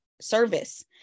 service